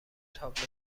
تابلو